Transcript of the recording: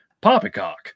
Poppycock